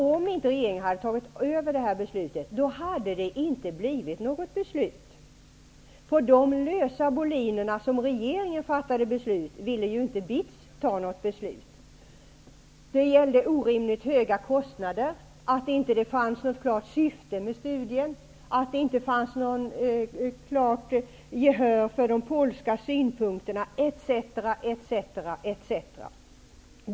Om inte regeringen hade tagit över beslutet hade det ju inte blivit något beslut. På de lösa boliner som regeringen fattade beslut ville inte BITS fatta något beslut; kostnaderna var orimligt höga, det fanns inte något klart syfte med studien, det fanns inte något gehör för de polska synpunkterna etc.